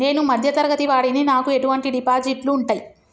నేను మధ్య తరగతి వాడిని నాకు ఎటువంటి డిపాజిట్లు ఉంటయ్?